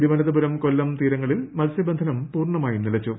തിരുവനന്തപുരം കൊല്ലം തീരങ്ങളിൽ മത്സ്യബന്ധനം പൂർണമായും നിലച്ചു